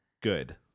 Good